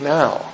now